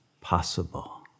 possible